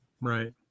Right